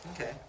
Okay